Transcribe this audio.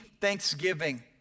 thanksgiving